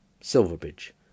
Silverbridge